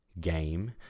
game